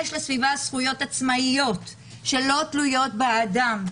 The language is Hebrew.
יש לסביבה זכויות עצמאיות שלא תלויות באדם,